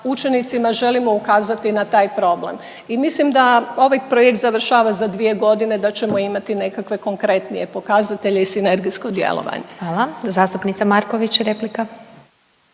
učenicima želimo ukazati na taj problem. I mislim da ovaj projekt završava za dvije godine da ćemo imati nekakve konkretnije pokazatelje i sinergijsko djelovanje. **Glasovac, Sabina (SDP)** Zastupnica Marković replika.